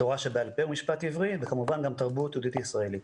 תורה שבעל פה ומשפט עברי וכמובן גם תרבות יהודית-ישראלית